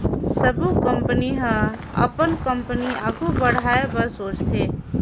सबो कंपनी ह अपन कंपनी आघु बढ़ाए बर सोचथे